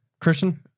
Christian